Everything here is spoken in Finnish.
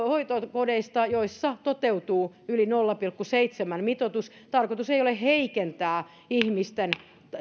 hoitokodeista toteutuu yli nolla pilkku seitsemän mitoitus tarkoitus ei ole heikentää ihmisten